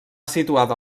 situada